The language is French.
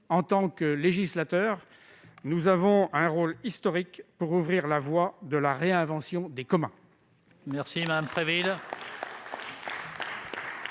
En tant que législateurs, nous avons un rôle historique à jouer pour ouvrir la voie de la réinvention des communs.